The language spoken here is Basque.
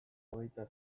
hogeita